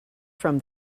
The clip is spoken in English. from